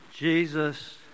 Jesus